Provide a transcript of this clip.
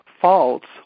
faults